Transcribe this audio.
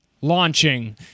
Launching